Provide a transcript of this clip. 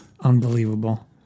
Unbelievable